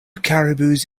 caribous